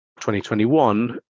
2021